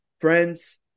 Friends